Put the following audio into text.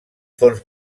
fons